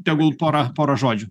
tegul pora pora žodžių